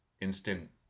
instant